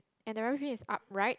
and the rubbish bin is upright